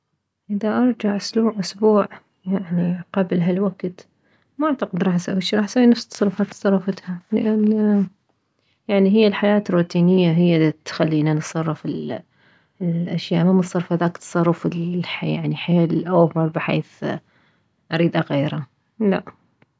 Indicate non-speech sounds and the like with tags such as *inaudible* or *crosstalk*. اذا ارجع اسلوع اسبوع يعني قبل هالوكت ما اعتقد راح اسوي شي راح اسوي نفس التصرفات التصرفتها لان يعني هي الحياة روتينية هي دتخلينا نتصرف *hesitation* الاشياء ممتصرفة ذاك التصرف يعني الحيل اوفر بحيث اريد اغيره لا